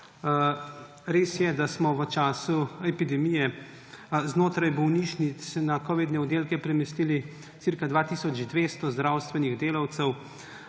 Res je, da smo v času epidemije znotraj bolnišnic na covidne oddelke premestili cirka 2 tisoč 200 zdravstvenih delavcev,